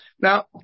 Now